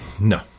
No